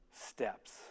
steps